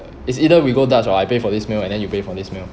it's either we go dutch or I pay for this meal and then you pay for next meal